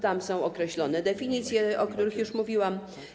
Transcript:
Tam są określone definicje, o których już mówiłam.